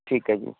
ਠੀਕ ਹੈ ਜੀ